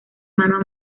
mano